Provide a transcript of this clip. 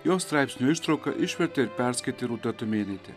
jos straipsnio ištrauką išvertė ir perskaitė rūta tumėnaitė